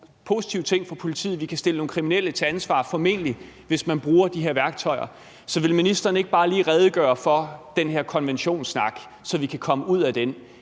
positiv ting for politiet – vi kan stille nogle kriminelle til ansvar, formentlig, hvis man bruger de her værktøjer – så vil ministeren ikke bare lige redegøre for den her konventionssnak, så vi kan komme ud af den?